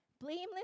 Blameless